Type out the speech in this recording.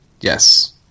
Yes